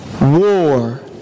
War